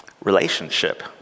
relationship